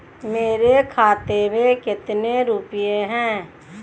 मेरे खाते में कितने रुपये हैं?